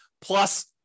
plus